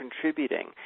contributing